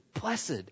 blessed